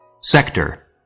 Sector